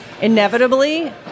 Inevitably